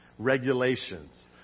regulations